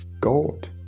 God